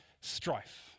strife